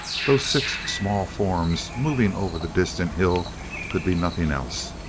those six small forms moving over the distant hill could be nothing else,